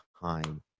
time